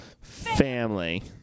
Family